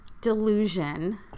delusion